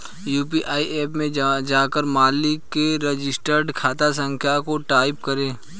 UPI app में जाकर मालिक के रजिस्टर्ड खाता संख्या को टाईप करें